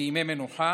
בימי מנוחה),